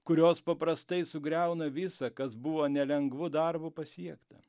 kurios paprastai sugriauna visa kas buvo nelengvu darbu pasiekta